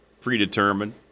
predetermined